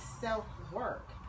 self-work